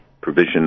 provision